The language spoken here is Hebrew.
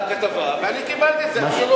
ואני קיבלתי את זה.